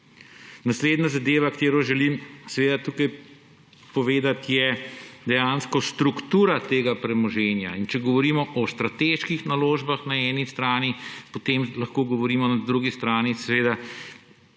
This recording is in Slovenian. Naslednja zadeva, katero želim tukaj povedati, je dejansko struktura tega premoženja. Če govorimo strateških naložbah na eni strani, potem lahko govorimo na drugi strani seveda